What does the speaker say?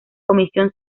comisión